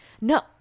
no